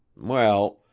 well,